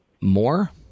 more